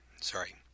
Sorry